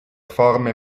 forme